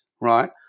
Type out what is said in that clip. right